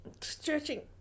Stretching